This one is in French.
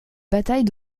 bataille